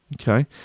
Okay